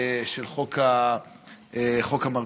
חוק המרכולים.